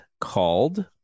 called